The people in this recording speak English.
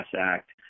act